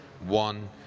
one